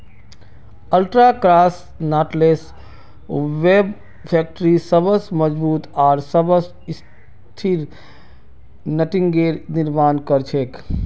ultra cross knotless web factory सबस मजबूत आर सबस स्थिर नेटिंगेर निर्माण कर छेक